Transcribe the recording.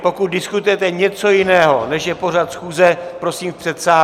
Pokud diskutujete něco jiného, než je pořad schůze, prosím v předsálí.